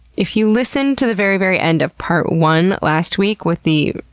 if you listened to the very very end of part one last week with the,